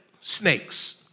snakes